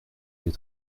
des